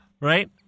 Right